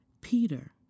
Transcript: Peter